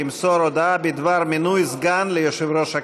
למסור הודעה בדבר מינוי סגן ליושב-ראש הכנסת.